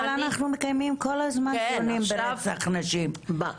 אבל אנחנו מקיימים כל הזמן דיונים ברצח נשים,